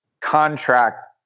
contract